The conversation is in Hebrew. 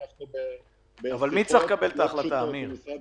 ואנחנו בהחלטות לא פשוטות עם משרד